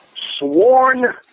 sworn